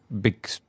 big